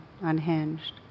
unhinged